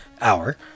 hour